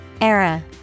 Era